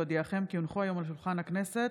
הונחו היום על שולחן הכנסת,